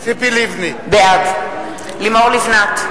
בעד לימור לבנת,